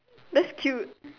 that's cute